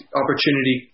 opportunity